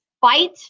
fight